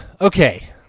Okay